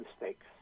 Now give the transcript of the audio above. mistakes